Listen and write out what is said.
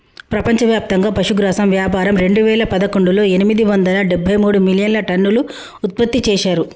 ప్రపంచవ్యాప్తంగా పశుగ్రాసం వ్యాపారం రెండువేల పదకొండులో ఎనిమిది వందల డెబ్బై మూడు మిలియన్టన్నులు ఉత్పత్తి చేశారు